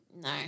No